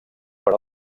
per